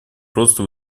просто